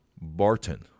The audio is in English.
Barton